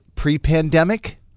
Pre-pandemic